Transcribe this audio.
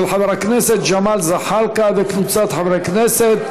של חבר הכנסת ג'מאל זחאלקה וקבוצת חברי הכנסת,